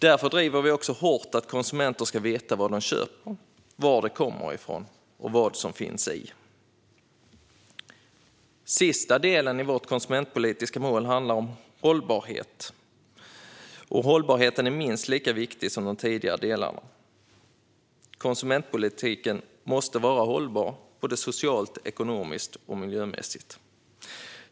Därför driver vi också hårt att konsumenter ska veta vad det är de köper, var det kommer ifrån och vad som finns i det. Den sista delen i vårt konsumentpolitiska mål handlar om hållbarhet. Hållbarheten är minst lika viktig som de tidigare delarna. Konsumentpolitiken måste vara hållbar såväl socialt och ekonomiskt som miljömässigt.